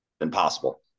Impossible